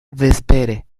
vespere